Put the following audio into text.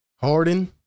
Harden